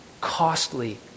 Costly